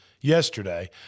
Yesterday